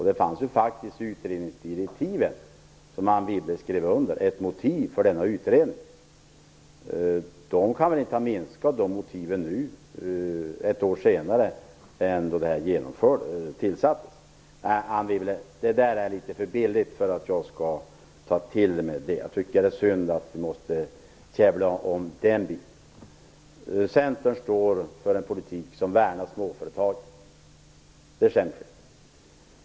Det fanns faktiskt i utredningsdirektiven, som Anne Wibble skrev under, motiv för denna utredning. De motiven kan inte ha minskat nu, ett år senare. Nej, Anne Wibble, det där är litet för billigt för att jag skall ta det till mig. Jag tycker det är synd att vi måste käbbla om den biten. Centern står för en politik som värnar småföretagen.